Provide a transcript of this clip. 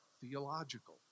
theological